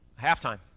halftime